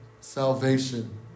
salvation